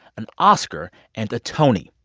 an oscar and a tony.